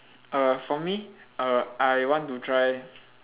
uh for me uh I want to try